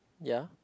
ya